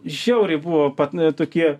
žiauriai buvo pat tokie